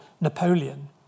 Napoleon